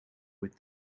with